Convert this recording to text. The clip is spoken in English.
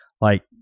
like-